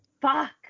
fuck